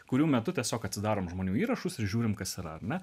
kurių metu tiesiog atsidarom žmonių įrašus ir žiūrim kas yra ar ne